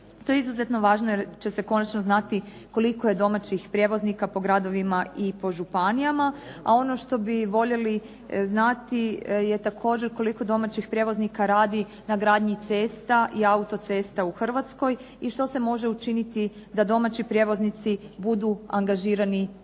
To je izuzetno važno jer će se konačno znati koliko je domaćih prijevoznika po gradovima i po županijama, a ono što bi voljeli znati je također koliko domaćih prijevoznika radi na gradnji cesta i autocesta u Hrvatskoj, i što se može učiniti da domaći prijevoznici budu angažirani na